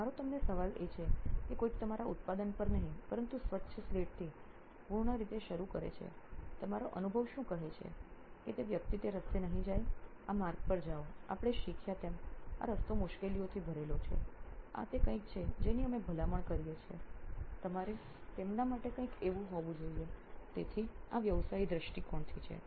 તો મારો તમને સવાલ એ છે કે કોઈક તમારા ઉત્પાદન પર નહીં પરંતુ સ્વચ્છ સ્લેટથી સંપૂર્ણ રીતે શરૂ કરે છે તમારા અનુભવ શું કહે છે કે વ્યક્તિ તે રસ્તે નહીં જાય આ માર્ગ પર જાઓ આપણે શીખ્યા તેમ આ રસ્તો મુશ્કેલીઓ ભરેલા છે આ તે કંઈક છે જેની અમે ભલામણ કરીએ છીએ તમારે તેમના માટે કંઈક એવું હોવું જોઈએ તેથી આ એક વ્યવસાયી દૃષ્ટિકોણથી છે